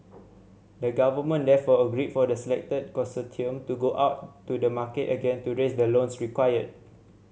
the government therefore agreed for the selected consortium to go out to the market again to raise the loans required